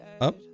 up